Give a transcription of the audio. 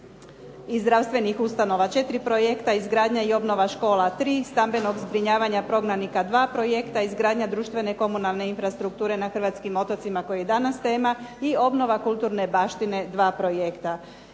i zdravstvenih ustanova, četiri projekta izgradnja i obnova škola, tri stambenog zbrinjavanja prognanika, dva projekta izgradnja društvene komunalne infrastrukture na hrvatskim otocima koji je i danas tema, i obnova kulturne baštine dva projekta.